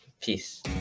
Peace